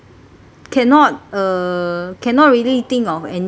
cannot uh cannot really think of any